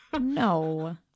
No